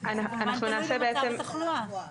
וזה גם תלוי במצב התחלואה.